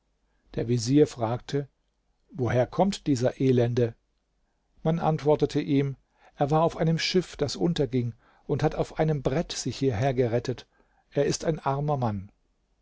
der vezier fragte woher kommt dieser elende man antwortete ihm er war auf einem schiff das unterging und hat auf einem brett sich hierher gerettet er ist ein armer mann